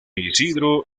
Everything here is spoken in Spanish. isidro